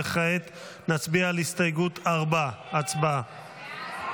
וכעת נצביע על הסתייגות 4, הצבעה.